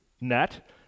net